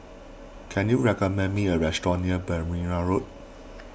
can you recommend me a restaurant near Berrima Road